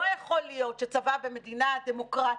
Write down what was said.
לא יכול להיות שצבא במדינה דמוקרטית,